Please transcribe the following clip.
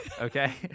Okay